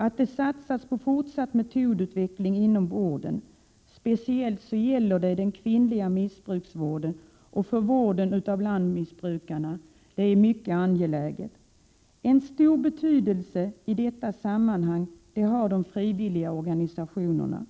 Att det satsas på fortsatt metodutveckling inom vården — speciellt när det gäller den kvinnliga missbrukarvården och för vården av blandmissbrukarna —- är mycket angeläget. En stor betydelse i detta sammanhang har de frivilliga organisationerna.